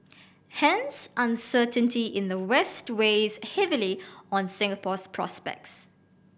hence uncertainty in the West weighs heavily on Singapore's prospects